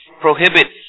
prohibits